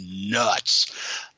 nuts